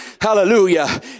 Hallelujah